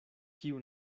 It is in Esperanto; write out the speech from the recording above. kiu